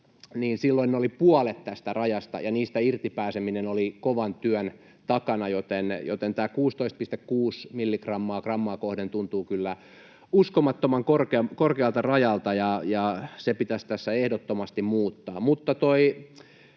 silloin puolet tästä rajasta, ja niistä irti pääseminen oli kovan työn takana, joten tämä 16,6 milligrammaa grammaa kohden tuntuu kyllä uskomattoman korkealta rajalta, ja se pitäisi tässä ehdottomasti muuttaa.